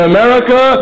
America